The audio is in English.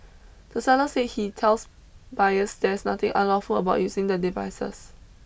the seller say he tells buyers there's nothing unlawful about using the devices